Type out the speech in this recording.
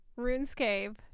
RuneScape